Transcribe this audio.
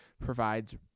provides